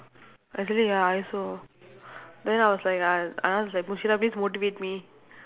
actually ya I also then I was like !hais! anand like please motivate me